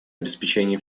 обеспечении